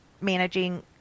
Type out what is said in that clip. managing